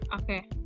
okay